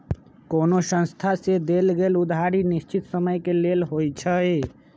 कोनो संस्था से देल गेल उधारी निश्चित समय के लेल होइ छइ